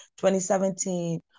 2017